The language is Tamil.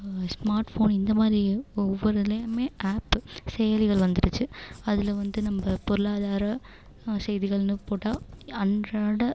ஸ்மார்ட் ஃபோன் இந்த மாதிரி ஒவ்வொரு இதுலேயுமே ஆப்பு செயலிகள் வந்துடுச்சு அதில் வந்து நம்ம பொருளாதார செய்திகள்னு போட்டால் அன்றாட